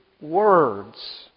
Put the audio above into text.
words